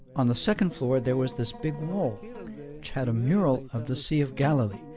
on the second floor there was this big wall which had a mural of the sea of galilee,